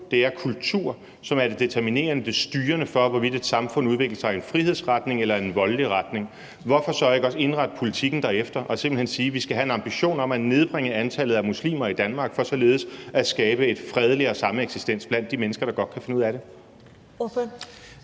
og kultur, som er det determinerende og styrende for, hvorvidt et samfund udvikler sig i en frihedsretning eller i en voldelig retning, hvorfor så ikke også indrette politikken derefter og simpelt hen sige, at vi skal have en ambition om at nedbringe antallet af muslimer i Danmark for således at skabe en fredeligere sameksistens blandt de mennesker, der godt kan finde ud af det?